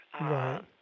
Right